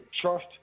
trust